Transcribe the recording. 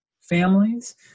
families